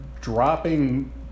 dropping